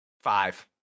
five